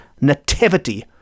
nativity